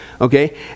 okay